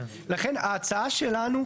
לכן ההצעה שלנו.